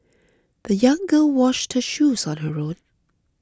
the young girl washed her shoes on her own